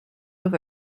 have